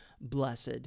blessed